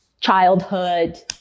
childhood